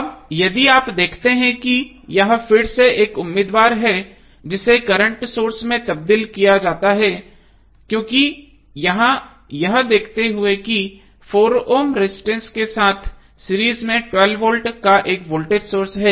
अब यदि आप देखते हैं कि यह फिर से एक उम्मीदवार है जिसे करंट सोर्स में तब्दील किया जाता है क्योंकि यहां यह देखते हुए कि 6 ओम रजिस्टेंस के साथ सीरीज में 12 वोल्ट का एक वोल्टेज सोर्स है